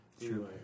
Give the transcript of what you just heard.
True